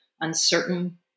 uncertain